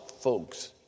Folks